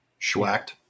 Schwacked